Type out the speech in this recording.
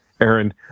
Aaron